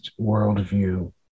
worldview